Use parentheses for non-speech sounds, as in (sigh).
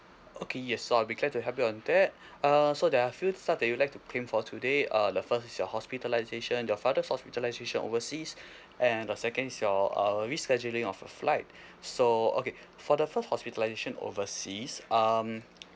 okay yes so I'll be glad to help you on that (breath) uh so there are few stuff that you would like to claim for today uh the first is your hospitalisation your father hospitalisation overseas (breath) and the second is your uh rescheduling of a flight (breath) so okay for the first hospitalisation overseas um